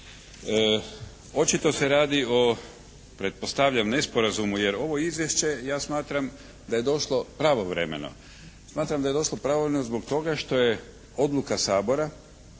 Očito se radi o pretpostavljam nesporazumu jer ovo izvješće ja smatram da je došlo pravovremeno. Smatram da je došlo pravovremeno zbog toga što je odluka Sabora